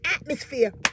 atmosphere